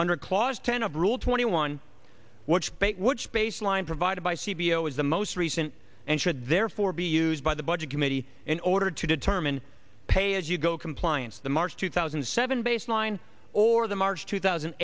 under clause ten of rule twenty one which bank which baseline provided by c b l was the most recent and should therefore be used by the budget committee in order to determine pay as you go compliance the march two thousand and seven baseline or the march two thousand